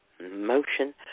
motion